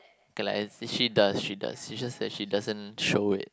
okay lah and she does she does it's just that she doesn't show it